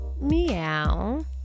meow